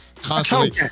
constantly